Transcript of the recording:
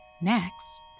Next